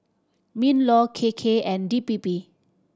MinLaw K K and D P P